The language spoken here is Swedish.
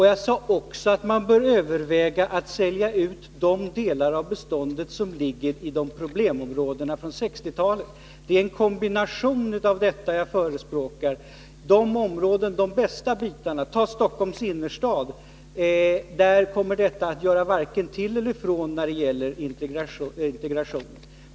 Jag sade också att man bör överväga att sälja ut de delar av bostadsbeståndet som finns i problemområdena från 1960-talet. Det är en kombination av dessa åtgärder som jag förespråkar. När det gäller de bästa områdena, t.ex. Stockholms innerstad, kommer åtgärderna att göra varken till eller från när det gäller att påverka integrationen.